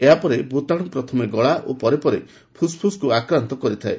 ଏହାପରେ ଭୂତାଣୁ ପ୍ରଥମେ ଗଳା ଓ ପରେପରେ ଫୁସ୍ଫୁସ୍କୁ ଆକ୍ରାନ୍ତ କରିଥାଏ